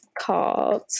called